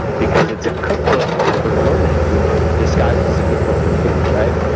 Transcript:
because it's a cookbook for learning disguised as a cookbook for food, right?